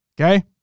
Okay